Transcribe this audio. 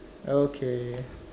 okay